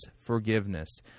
forgiveness